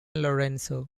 lorenzo